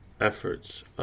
efforts